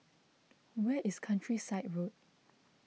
where is Countryside Road